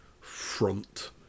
front